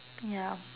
ya